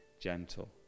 gentle